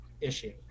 issue